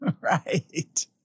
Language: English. Right